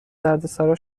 دردسرا